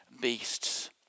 beasts